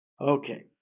okay